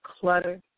clutter